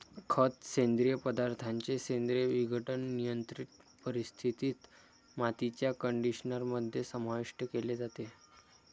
खत, सेंद्रिय पदार्थांचे सेंद्रिय विघटन, नियंत्रित परिस्थितीत, मातीच्या कंडिशनर मध्ये समाविष्ट केले जाते